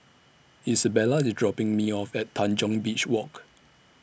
Isabella IS dropping Me off At Tanjong Beach Walk